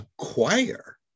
acquire